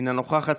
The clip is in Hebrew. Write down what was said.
אינה נוכחת,